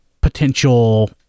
potential